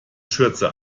schürze